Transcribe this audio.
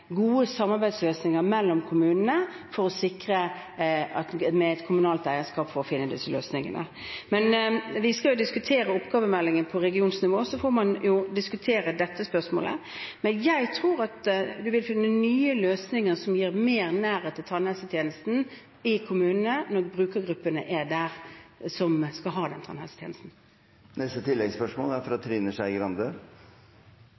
gode samarbeidsløsninger mellom kommunene for å sikre et kommunalt eierskap for å finne disse løsningene. Men vi skal diskutere oppgavemeldingen på regionnivå, og så får man diskutere dette spørsmålet. Jeg tror at en vil finne nye løsninger som gir mer nærhet til tannhelsetjenesten i kommunene, når de brukergruppene som skal ha denne tannhelsetjenesten, er der. Trine Skei Grande – til oppfølgingsspørsmål. Det er